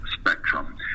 spectrum